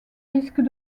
risques